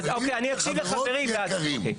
חברים וחברות יקרים.